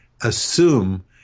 assume